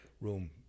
room